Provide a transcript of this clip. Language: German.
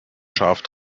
scharf